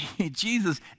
Jesus